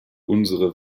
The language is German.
unsere